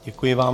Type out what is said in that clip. Děkuji vám.